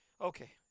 okay